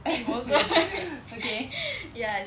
okay